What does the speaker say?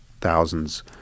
thousands